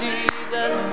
Jesus